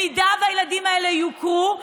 אם הילדים האלה יוכרו,